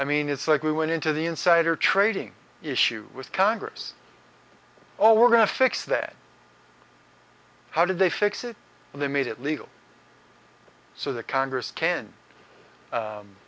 i mean it's like we went into the insider trading issue with congress all we're going to fix that how did they fix it and they made it legal so that congress can